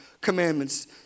commandments